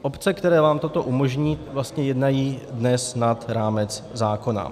Obce, které vám toto umožní, vlastně jednají dnes nad rámec zákona.